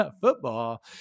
football